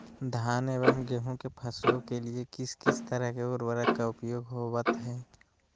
धान एवं गेहूं के फसलों के लिए किस किस तरह के उर्वरक का उपयोग होवत है?